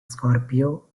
scorpio